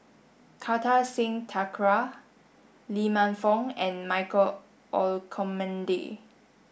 Kartar Singh Thakral Lee Man Fong and Michael Olcomendy